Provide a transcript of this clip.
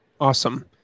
Awesome